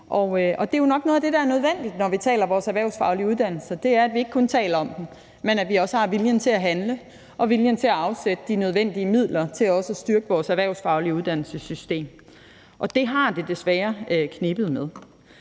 Det er jo nok noget af det, der er nødvendigt, når vi taler om vores erhvervsfaglige uddannelser. Det er, at vi ikke kun taler om dem, men at vi også har viljen til at handle og viljen til at afsætte de nødvendige midler til at styrke vores erhvervsfaglige uddannelsessystem. Det har det desværre knebet med.